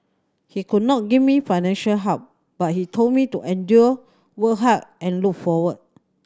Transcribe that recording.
he could not give me financial help but he told me to endure work hard and look forward